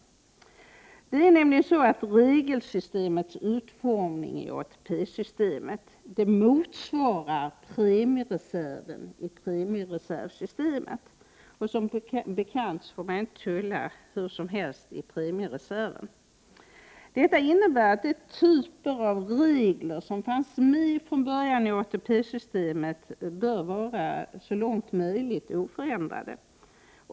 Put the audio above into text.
Nej, regelsystemets utformning i ATP-systemet motsvarar premiereserven i premiereservsystemet. Som bekant får man inte tulla hur som helst på premiereserven. Detta innebär att den typ av regler som från början fanns med i ATP-systemet så långt möjligt bör vara oförändrade.